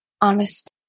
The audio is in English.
honest